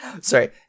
Sorry